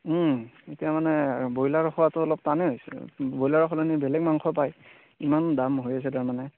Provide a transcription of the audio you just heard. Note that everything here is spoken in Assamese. ওম এতিয়া মানে ব্ৰইলাৰ খোৱাটো অলপ টানেই হৈছে ব্ৰইলাৰৰ সলনি বেলেগ মাংস পায় ইমান দাম হৈ আছে তাৰমানে